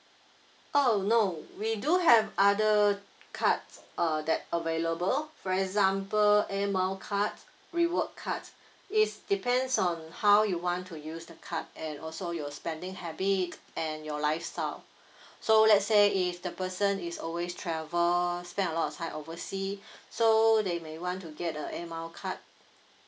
oh no we do have other cards uh that available for example air mile card reward cards is depends on how you want to use the card and also your spending habit and your lifestyle so let's say if the person is always travel spent a lot of time oversea so they may want to get a air mile card